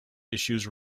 issues